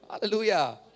Hallelujah